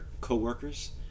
co-workers